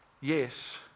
yes